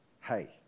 hey